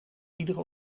iedere